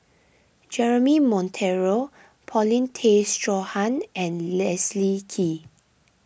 Jeremy Monteiro Paulin Tay Straughan and Leslie Kee